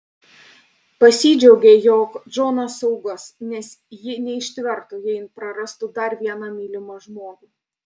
pasidžiaugė jog džonas saugus nes ji neištvertų jei prarastų dar vieną mylimą žmogų